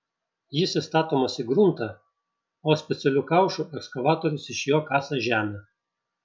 jis įstatomas į gruntą o specialiu kaušu ekskavatorius iš jo kasa žemę